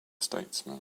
statesmen